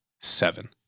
seven